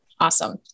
awesome